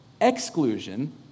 exclusion